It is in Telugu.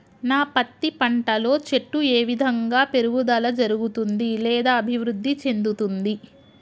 నా పత్తి పంట లో చెట్టు ఏ విధంగా పెరుగుదల జరుగుతుంది లేదా అభివృద్ధి చెందుతుంది?